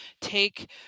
take